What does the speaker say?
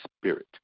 spirit